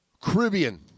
Caribbean